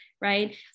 right